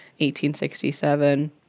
1867